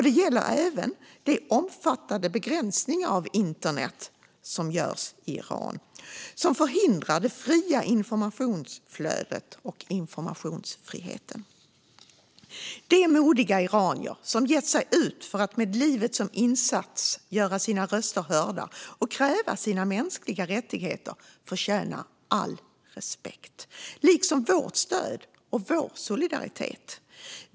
Det gäller även den omfattande begränsningen av internet i Iran som förhindrar det fria informationsflödet och informationsfriheten. De modiga iranier som ger sig ut för att med livet som insats göra sina röster hörda och kräva sina mänskliga rättigheter förtjänar all respekt liksom vårt stöd och vår solidaritet.